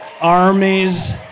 Armies